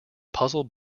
puzzle